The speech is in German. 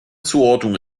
zuordnung